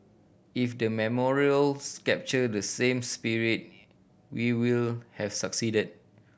if the memorials captured the same spirit we will have succeeded